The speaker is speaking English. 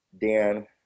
Dan